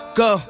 go